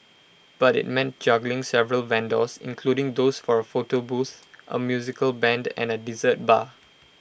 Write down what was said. but IT meant juggling several vendors including those for A photo booth A musical Band and A dessert bar